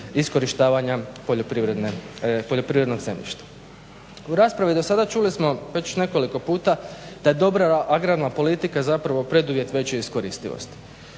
iskorištavanja poljoprivrednog zemljišta. U raspravi do sada čuli smo već nekoliko puta da je dobra agrarna politika zapravo preduvjet veće iskoristivosti,